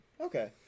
Okay